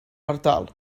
ardal